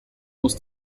muss